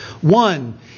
One